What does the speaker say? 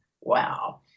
Wow